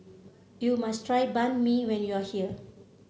you must try Banh Mi when you are here